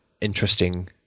interesting